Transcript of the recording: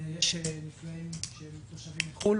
זה שיש נפגעים שהם תושבי חו"ל